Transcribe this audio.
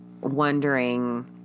wondering